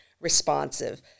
responsive